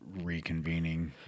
reconvening